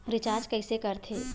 Recharge कइसे कर थे?